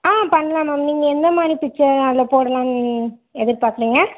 ஆ பண்ணலாம் மேம் நீங்கள் எந்தமாதிரி பிச்சர் அதில் போடலாம்னு எதிர்பாக்குறீங்க